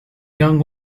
young